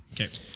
Okay